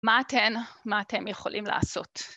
מה אתן, מה אתם יכולים לעשות.